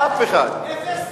אפס.